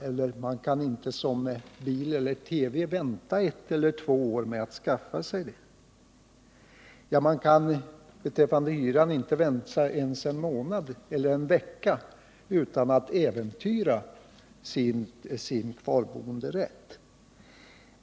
Bil eller TV kan man vänta ett eller två år med att skaffa sig, men beträffande hyran kan man inte vänta ens en månad eller en vecka utan att äventyra sin kvarboenderätt.